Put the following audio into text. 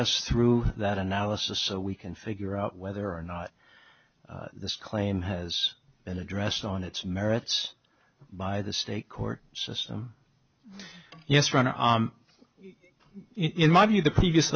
us through that analysis so we can figure out whether or not this claim has been addressed on its merits by the state court system yes run or in my view the previous